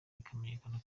ikamenyekana